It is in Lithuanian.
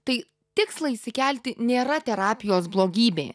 tai tikslą išsikelti nėra terapijos blogybė